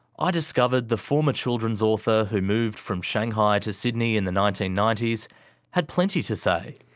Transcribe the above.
ah discovered the former children's author who moved from shanghai to sydney in the nineteen ninety s had plenty to say.